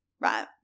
right